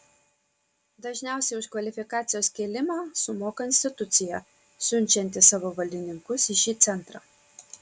dažniausiai už kvalifikacijos kėlimą sumoka institucija siunčianti savo valdininkus į šį centrą